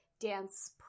dance